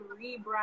rebrand